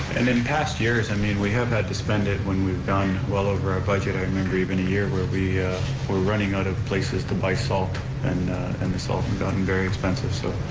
and in past years, i mean, we have had to spend it when we've gone well over our budget, i remember even a year where we were running out of places to buy salt and and the salt had gotten very expensive, so.